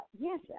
Yes